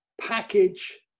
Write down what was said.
package